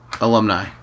alumni